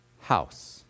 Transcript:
house